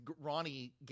Ronnie